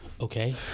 okay